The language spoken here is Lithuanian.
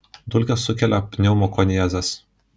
dulkės sukelia pneumokoniozes